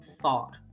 thought